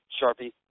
Sharpie